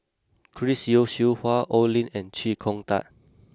Chris Yeo Siew Hua Oi Lin and Chee Kong Tet